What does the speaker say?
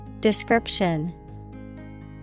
Description